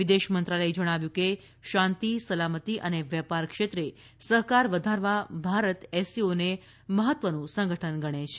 વિદેશમંત્રાલયે જણાવ્યું છે કે શાંતિ સલામતી અને વેપાર ક્ષેત્રે સહકાર વધારવા ભારત એસસીઓને મહત્વનું સંગઠન ઘણે છે